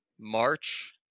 March